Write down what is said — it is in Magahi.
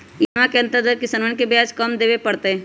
ई योजनवा के अंतर्गत किसनवन के ब्याज कम देवे पड़ तय